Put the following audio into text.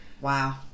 Wow